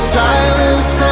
silence